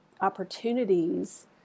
opportunities